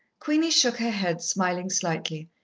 queenie shook her head, smiling slightly,